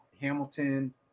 Hamilton